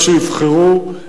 מה שיבחרו,